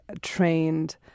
trained